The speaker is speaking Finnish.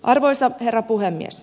arvoisa herra puhemies